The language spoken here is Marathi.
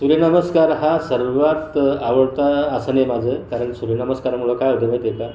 सूर्यनमस्कार हा सर्वांत आवडता आसन आहे माझं कारण सूर्यनमस्कारामुळं काय होतं माहिती आहे का